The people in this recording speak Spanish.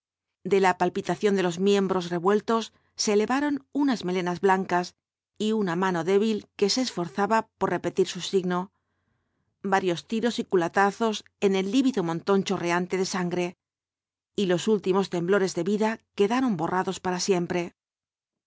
de la palpitación de los miembros revueltos se elevaron unas melenas blancas y una mano débil que se esforzaba por repetir su signo varios tiros y culatazos en el lívido montón chorreante de sangre y los últimos temblores de vida quedaron borrados para siempre